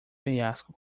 penhasco